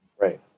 Right